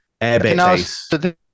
airbase